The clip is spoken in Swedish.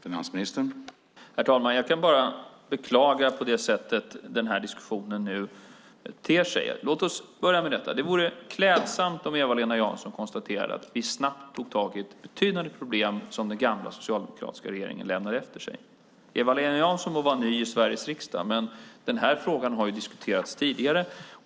Herr talman! Jag kan bara beklaga det sätt på vilket den här diskussionen nu ter sig. Låt oss börja med detta. Det vore klädsamt om Eva-Lena Jansson konstaterade att vi snabbt tog tag i ett betydande problem som den gamla socialdemokratiska regeringen lämnade efter sig. Eva-Lena Jansson må vara ny i Sveriges riksdag, men den här frågan har diskuterats tidigare.